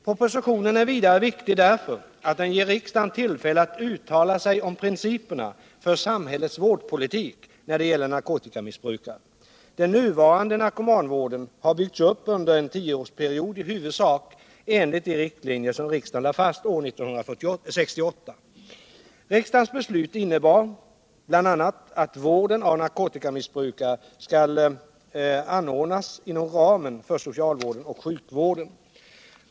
Propositionen är vidare viktig därför att den ger riksdagen tillfälle att uttala sig om principerna för samhällets vårdpolitik när det gäller narkotikamissbrukare. Den nuvarande narkomanvården har byggts upp under en tioårsperiod i huvudsak enligt de riktlinjer som riksdagen lade fast år 1968. Riksdagens beslut innebar bl.a. att vården av narkotikamissbrukare skall anordnas inom ramen för socialvården och sjukvården.